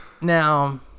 Now